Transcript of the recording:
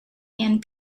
and